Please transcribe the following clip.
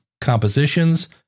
compositions